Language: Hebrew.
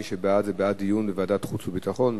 מי שבעד, הוא בעד דיון בוועדת חוץ וביטחון.